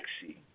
sexy